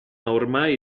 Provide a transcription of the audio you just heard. ormai